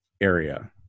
area